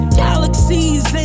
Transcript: galaxies